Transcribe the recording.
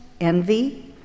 envy